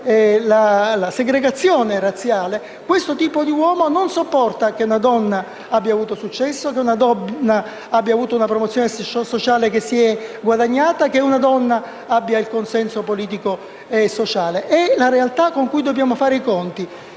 la segregazione razziale, questo tipo di uomo non sopporta che una donna abbia avuto successo, che una donna si sia guadagnata una promozione sociale, che una donna abbia il consenso politico e sociale. Questa è la realtà con cui dobbiamo fare i conti.